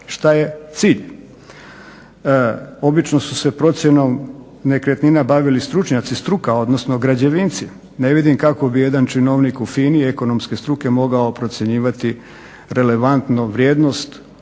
šta je cilj. Obično su se procjenom nekretnina bavili stručnjaci, struka, odnosno građevinci. Ne vidim kako bi jedan činovnik u FINA-i ekonomske struke mogao procjenjivati relevantnu vrijednost,